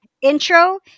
intro